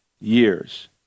years